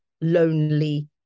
lonely